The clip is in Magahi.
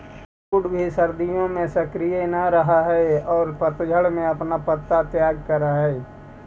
हार्डवुड भी सर्दि में सक्रिय न रहऽ हई औउर पतझड़ में अपन पत्ता के त्याग करऽ हई